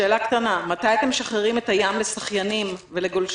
שאלה קטנה: מתי אתם משחררים את הים לשחיינים ולגולשים?